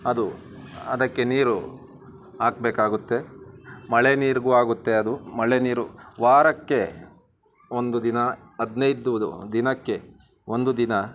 ಅದು ಅದಕ್ಕೆ ನೀರು ಹಾಕ್ಬೇಕಾಗುತ್ತೆ ಮಳೆ ನೀರಿಗೂ ಆಗುತ್ತೆ ಅದು ಮಳೆ ನೀರು ವಾರಕ್ಕೆ ಒಂದು ದಿನ ಹದಿನೈದು ದಿನಕ್ಕೆ ಒಂದು ದಿನ